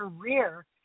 career